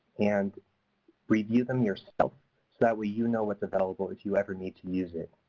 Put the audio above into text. and review them yourself so that way you know what is available if you ever need to use it.